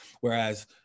Whereas